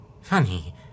Funny